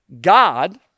God